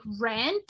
rent